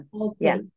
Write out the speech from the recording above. Okay